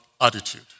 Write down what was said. attitude